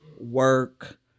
work